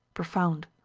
profound.